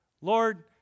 Lord